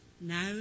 Now